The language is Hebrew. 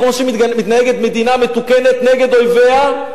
כמו שמתנהגת מדינה מתוקנת נגד אויביה,